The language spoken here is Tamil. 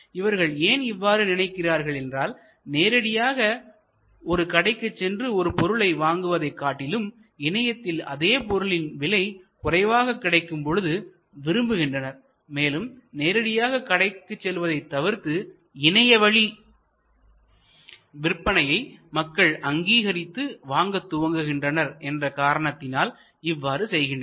இவர்கள் ஏன் இவ்வாறு நினைக்கிறார்கள் என்றால் நேரடியாக ஒரு கடைக்குச் சென்று ஒரு பொருளை வாங்குவதை காட்டிலும் இணையத்தில் அதே பொருளின் விலை குறைவாக கிடைக்கும் பொழுது விரும்புகின்றனர் மேலும் நேரடியாக கடைக்கு செல்வதை தவிர்த்து இணையவழி விற்பனையை மக்கள் அங்கீகரித்து வாங்க துவங்குகின்றனர் என்ற காரணத்தினால் இவ்வாறு செய்கின்றனர்